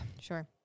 sure